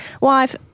wife